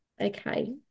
Okay